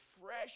fresh